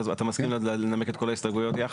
אתה מסכים לנמק את כל ההסתייגויות יחד?